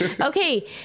Okay